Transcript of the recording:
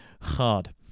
hard